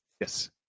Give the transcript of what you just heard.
Yes